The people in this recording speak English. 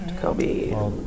Kobe